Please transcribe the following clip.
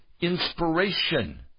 inspiration